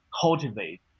cultivate